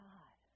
God